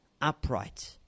upright